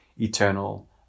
eternal